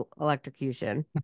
electrocution